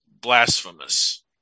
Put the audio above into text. blasphemous